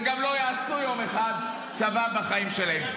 וגם לא יעשו יום אחד צבא בחיים שלהם.